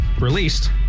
released